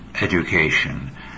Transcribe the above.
education